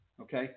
Okay